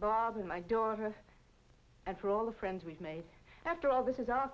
bob and my daughter and for all the friends we've made after all this is our